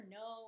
no